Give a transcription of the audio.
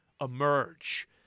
emerge